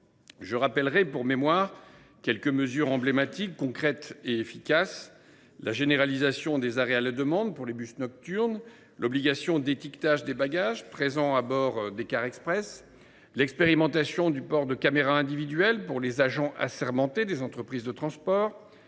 Je rappellerai, pour mémoire, quelques mesures emblématiques, concrètes et efficaces : la généralisation des arrêts à la demande pour les bus nocturnes, l’obligation d’étiquetage des bagages présents à bord des cars express, l’expérimentation du port de caméras individuelles par les agents assermentés des entreprises de transport